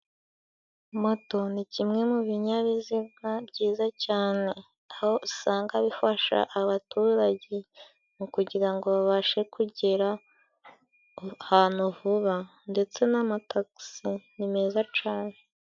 Moto ni kimwe mu binyabiziga byiza cane, aho usanga bifasha abaturage mu kugira ngo babashe kugera ahantu vuba ndetse n'amatagisi ni meza cane.